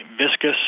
viscous